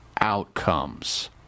outcomes